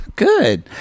Good